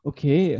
Okay